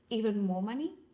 even more money?